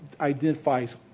identifies